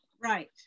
Right